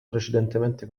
precedentemente